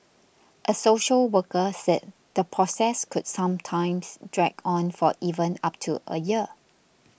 a social worker said the process could sometimes drag on for even up to a year